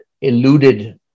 eluded